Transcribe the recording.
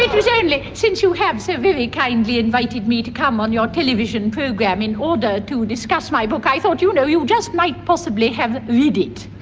it was only since you have so very kindly invited me to come on your television program in order to discuss my book i thought, you know, you just might possibly have read it.